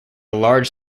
large